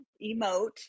emote